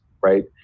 right